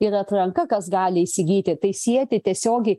ir atranka kas gali įsigyti tai sieti tiesiogiai